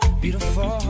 beautiful